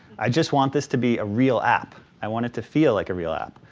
i just want this to be a real app, i want it to feel like a real app.